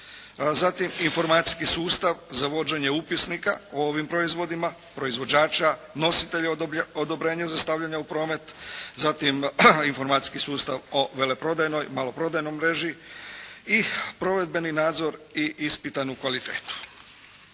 zatim informatički sustav za vođenje upisnika o ovim proizvoda proizvođača nositelja odobrenja za stavljanja u promet, zatim informacijski sustav o veleprodajnoj, maloprodajnoj mreži i provedbeni nadzor i ispitanu kvalitetu.